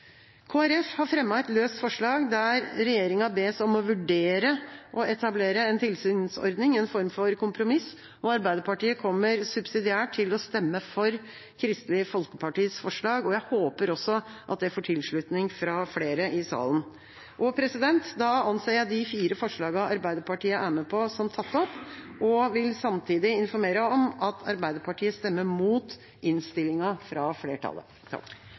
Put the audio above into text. har fremmet et såkalt løst forslag, forslag nr. 5, der regjeringa bes om å vurdere å etablere en tilsynsordning, en form for kompromiss. Arbeiderpartiet kommer subsidiært til å stemme for Kristelig Folkepartis forslag, og jeg håper også at det får tilslutning fra flere i salen. Da anser jeg de fire forslagene Arbeiderpartiet er med på, som tatt opp, og jeg vil samtidig informere om at Arbeiderpartiet vil stemme imot innstillinga fra flertallet.